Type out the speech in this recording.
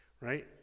right